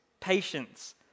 patience